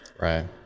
right